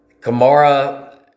Kamara